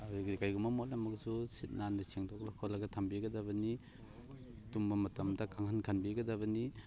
ꯑꯗꯒꯤ ꯀꯔꯤꯒꯨꯝꯕ ꯃꯣꯠꯂꯝꯃꯒꯁꯨ ꯁꯤꯠ ꯅꯥꯟꯅ ꯁꯦꯡꯗꯣꯛꯂ ꯈꯣꯠꯂꯒ ꯊꯝꯕꯤꯒꯗꯕꯅꯤ ꯇꯨꯝꯕ ꯃꯇꯝꯗ ꯀꯥꯡꯈꯟ ꯈꯟꯕꯤꯒꯗꯕꯅꯤ